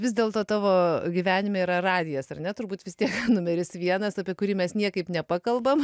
vis dėlto tavo gyvenime yra radijas ar ne turbūt vis tiek numeris vienas apie kurį mes niekaip ne pakalbam